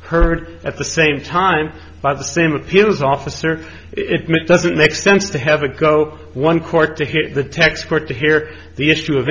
heard at the same time by the same appeals officer it doesn't make sense to have a go one court to hear the texas court to hear the issue of